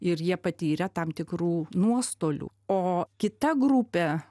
ir jie patyrę tam tikrų nuostolių o kita grupė